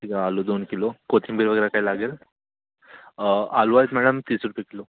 ठीक आहे आलू दोन किलो कोथिंबीर वगैरे काही लागेल आलू आहेत मॅडम तीस रुपये किलो